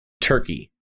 turkey